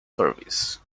service